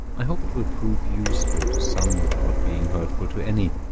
i hope it will prove useful to some without being hurtful to any,